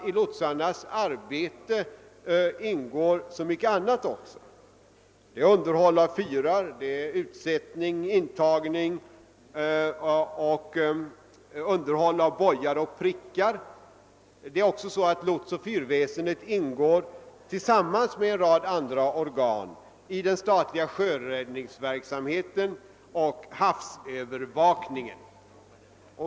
I lotsarnas arbete ingår nämligen mycket annat: underhåll av fyrar samt utsättning, intagning och underhåll av bojar och prickar. Lotsoch fyrväsen det ingår också tillsammans med en rad andra organ i den statliga sjöräddningsverksamheten och i havsövervakningen.